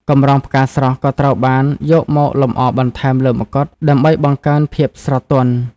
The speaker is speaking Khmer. កម្រងផ្កាស្រស់ក៏ត្រូវបានយកមកលម្អបន្ថែមលើមកុដ ដើម្បីបង្កើនភាពស្រទន់។